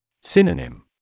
Synonym